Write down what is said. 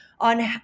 on